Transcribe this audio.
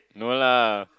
no lah